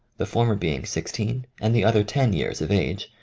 the former being sixteen and the other ten years of age,